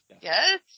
Yes